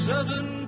Seven